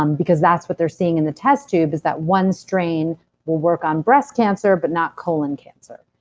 um because that's what they're seeing in the test tube, is that one strain will work on breast cancer, but not colon cancer.